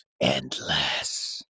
endless